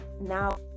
now